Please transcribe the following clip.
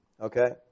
Okay